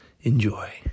enjoy